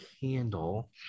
Candle